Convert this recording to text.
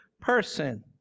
person